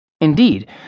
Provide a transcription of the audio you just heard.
Indeed